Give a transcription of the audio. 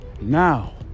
now